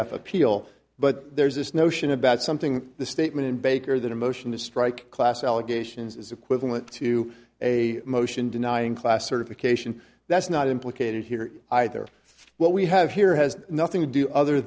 half appeal but there's this notion about something the statement in baker that a motion to strike class allegations is equivalent to a motion denying class certification that's not implicated here either what we have here has nothing to do other